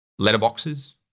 Letterboxes